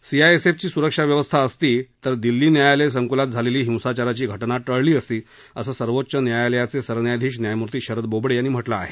C I S F ची सुरक्षा व्यवस्था असती तर दिल्ली न्यायालय संकुलात झालेली हिंसाचाराची घटना टळली असती असं सर्वोच्च न्यायालयाचे सरन्यायाधीश न्यायमुर्ती शरद बोबडे यांनी म्हटलं आहे